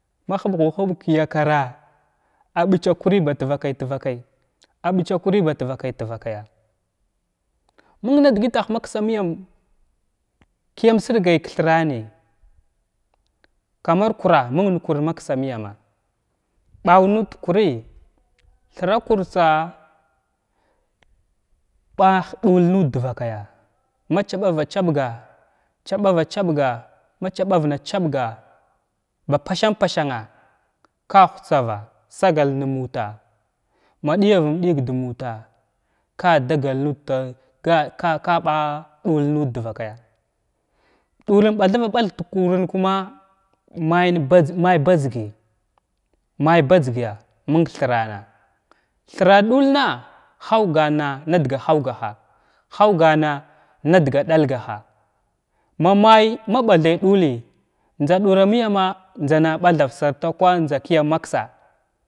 Ma huɓ gu huɓg ka yakara a a mɓacha kuri bat vakay ta vakayya ta vakayya məng nadə gətah ma ksa məyam kəyam sargay kthrani kamar kra məng kur ma ksa məyam ɓar nud da kur shra kurtsa ɓa hɗul nud dvakayya chɓava chiɓga, chaɓara chaɓga ma chɓavəna cheɓga ba pasan pasana ka hutsava sagal na mutala ma diya vum ɗiga da muta ka dagal nud tan ka ka baɗul nud dvakayya ɗullən bathava ɓathg da kurən kuma mayn bajzg may bajzgəya mənthran thra ɗulnay huwgana na ɗaga hurgaha huwgana na dəga ɗagaha may may ma ɓathay ɗully njza ɗula məyma njza na ɓathav sarta kwan njza kəyan maksa.